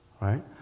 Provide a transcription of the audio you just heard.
Right